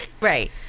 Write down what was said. right